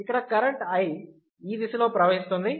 ఇక్కడ current I ఈ దిశలో ప్రవహిస్తుంది